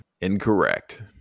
incorrect